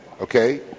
okay